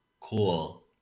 cool